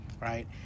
Right